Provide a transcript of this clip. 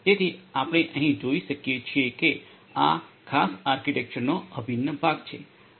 તેથી આપણે અહીં જોઈ શકીએ છીએ કે આ આ ખાસ આર્કિટેક્ચરનો અભિન્ન ભાગ છે